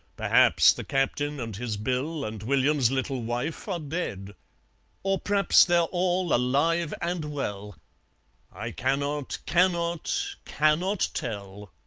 perhaps the captain and his bill, and william's little wife are dead or p'raps they're all alive and well i cannot, cannot, cannot tell.